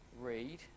read